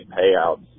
payouts